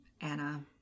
Anna